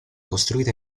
costruita